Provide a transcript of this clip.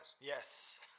Yes